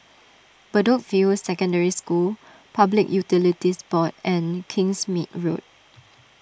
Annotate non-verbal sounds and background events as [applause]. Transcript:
[noise] Bedok View Secondary School Public Utilities Board and Kingsmead Road